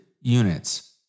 units